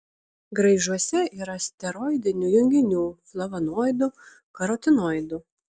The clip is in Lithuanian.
graižuose yra steroidinių junginių flavonoidų karotinoidų